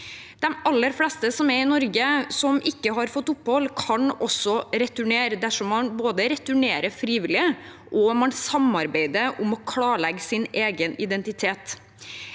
De aller fleste som er i Norge og som ikke har fått opphold, kan også returnere dersom man både returnerer frivillige og har samarbeidet om å klarlegge egen identitet.